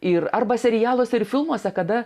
ir arba serialuose ir filmuose kada